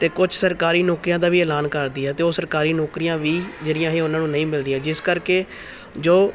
ਅਤੇ ਕੁਛ ਸਰਕਾਰੀ ਨੌਕਰੀਆਂ ਦਾ ਵੀ ਐਲਾਨ ਕਰਦੀ ਹੈ ਅਤੇ ਉਹ ਸਰਕਾਰੀ ਨੌਕਰੀਆਂ ਵੀ ਜਿਹੜੀਆਂ ਇਹ ਉਹਨਾਂ ਨੂੰ ਨਹੀਂ ਮਿਲਦੀਆਂ ਜਿਸ ਕਰਕੇ ਜੋ